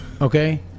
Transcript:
Okay